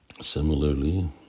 Similarly